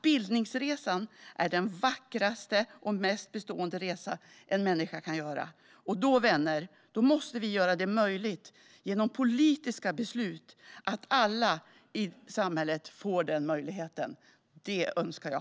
Bildningsresan är den vackraste och mest bestående resa en människa kan göra. Då, vänner, måste vi genom politiska beslut göra så att alla i samhället får den möjligheten. Det önskar jag!